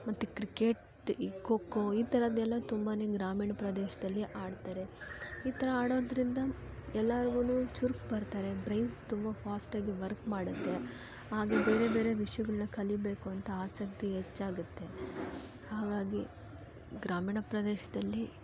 ಮತ್ತು ಕ್ರಿಕೆಟ್ ಇ ಖೋ ಖೋ ಈ ಥರದ್ದೆಲ್ಲ ತುಂಬಾ ಗ್ರಾಮೀಣ ಪ್ರದೇಶದಲ್ಲಿ ಆಡ್ತಾರೆ ಈ ಥರ ಆಡೋದ್ರಿಂದ ಎಲ್ಲಾರ್ಗೂ ಚುರ್ಕು ಬರ್ತಾರೆ ಬ್ರೈನ್ ತುಂಬ ಫಾಸ್ಟಾಗಿ ವರ್ಕ್ ಮಾಡುತ್ತೆ ಹಾಗೆ ಬೇರೆ ಬೇರೆ ವಿಷಯಗಳ್ನ ಕಲಿಬೇಕು ಅಂತ ಆಸಕ್ತಿ ಹೆಚ್ಚಾಗತ್ತೆ ಹಾಗಾಗಿ ಗ್ರಾಮೀಣ ಪ್ರದೇಶದಲ್ಲಿ